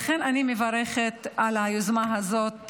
לכן אני מברכת על היוזמה הזאת,